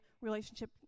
relationship